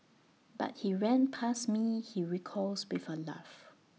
but he ran past me he recalls with A laugh